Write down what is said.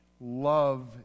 Love